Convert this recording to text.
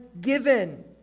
given